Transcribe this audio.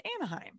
Anaheim